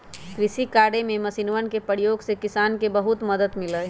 कृषि कार्य में मशीनवन के प्रयोग से किसान के बहुत मदद मिला हई